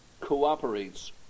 cooperates